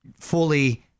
fully